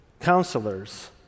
counselors